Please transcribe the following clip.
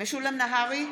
משולם נהרי,